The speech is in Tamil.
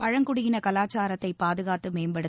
பழங்குடியின கலாச்சாரத்தை பாதுகாத்து மேம்படுத்த